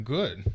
Good